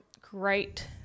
great